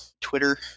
Twitter